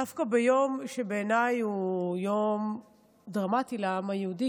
דווקא ביום שבעיניי הוא יום דרמטי לעם היהודי,